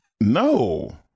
No